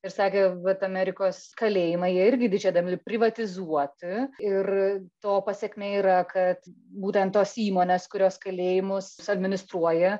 ir sakė vat amerikos kalėjimai jie irgi didžia dalimi privatizuoti ir to pasekmė yra kad būtent tos įmonės kurios kalėjimus administruoja